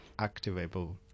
activable